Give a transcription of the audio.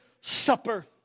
supper